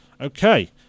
Okay